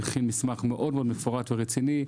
הכין מסמך מאוד מאוד מפורט ורציני.